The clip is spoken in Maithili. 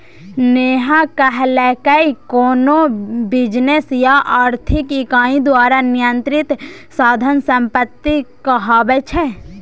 नेहा कहलकै कोनो बिजनेस या आर्थिक इकाई द्वारा नियंत्रित साधन संपत्ति कहाबै छै